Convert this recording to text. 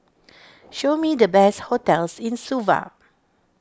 show me the best hotels in Suva